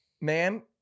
ma'am